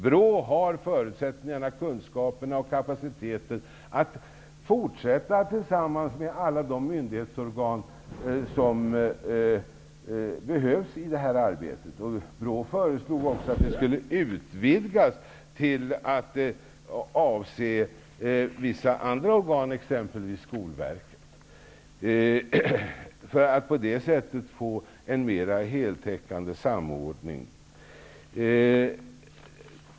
BRÅ har förutsättningarna, kunskaperna och kapaciteten att fortsätta verksamheten tillsammans med alla myndighetsorgan som behövs i detta arbete. BRÅ föreslog också att verksamheten skulle utvidgas till att omfatta vissa andra organ, exempelvis Skolverket, för att på det sättet få en mer heltäckande samordning.